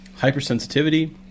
Hypersensitivity